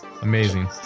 amazing